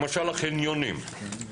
למשל החניונים,